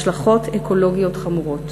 השלכות אקולוגיות חמורות.